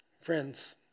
Friends